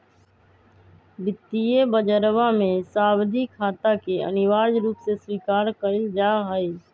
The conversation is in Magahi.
वित्तीय बजरवा में सावधि खाता के अनिवार्य रूप से स्वीकार कइल जाहई